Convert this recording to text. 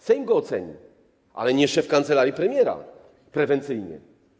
Sejm go oceni, ale nie szef Kancelarii Premiera, prewencyjnie.